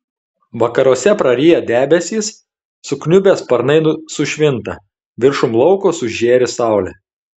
vakaruose prayra debesys sukniubę sparnai sušvinta viršum lauko sužėri saulė